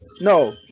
No